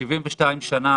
72 שנה